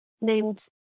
named